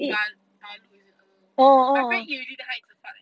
ba~ balut is it I don't know my friend eat already then 他一直 fart eh